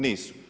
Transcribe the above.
Nisu.